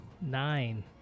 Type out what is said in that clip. nine